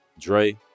Dre